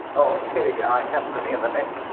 oh ok i happen to be in the next.